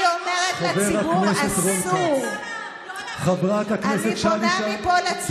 אבל אני, בלי קשר, אני פונה אלייך,